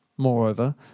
Moreover